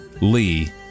Lee